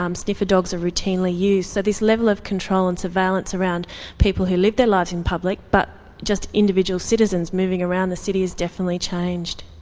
um sniffer dogs are routinely used. so this level of control and surveillance around people who live their lives in public, but just individual citizens moving around the city has definitely changed.